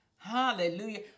hallelujah